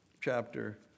chapter